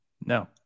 No